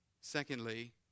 Secondly